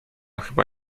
chyba